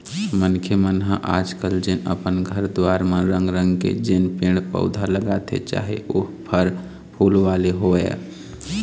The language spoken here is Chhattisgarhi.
मनखे मन ह आज कल जेन अपन घर दुवार म रंग रंग के जेन पेड़ पउधा लगाथे चाहे ओ फर फूल वाले होवय